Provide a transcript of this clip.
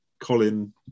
Colin